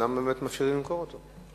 למה באמת מאפשרים למכור אותו?